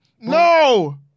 No